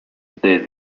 death